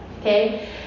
okay